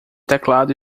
teclado